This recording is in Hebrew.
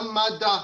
גם מד"א